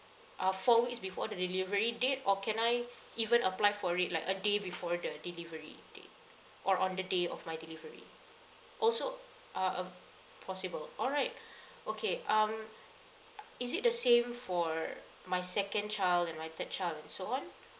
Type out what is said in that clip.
uh four weeks before the delivery date or can I even apply for it like a day before the delivery date or on the day of my delivery also are uh possible all right okay um is it the same for my second child and my third child and so on